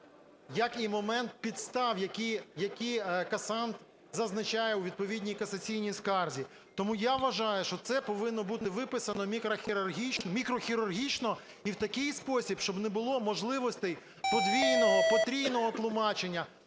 як і момент підстав, які касант зазначає у відповідній касаційній скарзі. Тому я вважаю, що це повинно бути виписано мікрохірургічно і в такий спосіб, щоб не було можливостей подвійного, потрійного тлумачення.